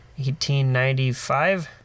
1895